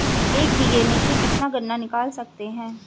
एक बीघे में से कितना गन्ना निकाल सकते हैं?